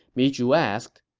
mi zhu asked,